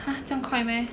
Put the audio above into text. !huh! 这样快 meh